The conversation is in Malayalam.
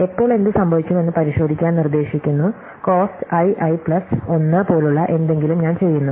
എപ്പോൾ എന്ത് സംഭവിക്കുമെന്ന് പരിശോധിക്കാൻ നിർദ്ദേശിക്കുന്നു കോസ്റ്റ് ii പ്ലസ് 1 പോലുള്ള എന്തെങ്കിലും ഞാൻ ചെയ്യുന്നു